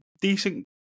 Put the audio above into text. decent